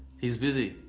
he's busy.